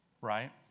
right